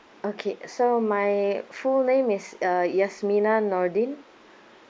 okay so my full name is uh yasmina noordine